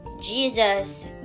jesus